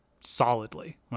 Solidly